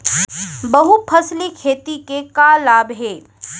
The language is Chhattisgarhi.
बहुफसली खेती के का का लाभ हे?